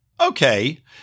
Okay